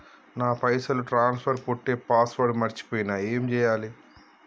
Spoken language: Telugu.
నా పైసల్ ట్రాన్స్ఫర్ కొట్టే పాస్వర్డ్ మర్చిపోయిన ఏం చేయాలి?